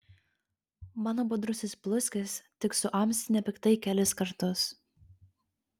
mano budrusis bluskis tik suamsi nepiktai kelis kartus